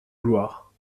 gloire